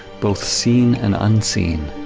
both seen and unseen.